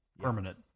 permanent